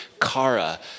kara